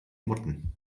motten